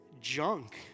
junk